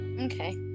Okay